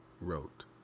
wrote